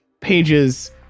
pages